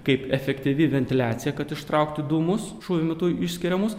kaip efektyvi ventiliacija kad ištraukti dūmus šūvio metu išskiriamus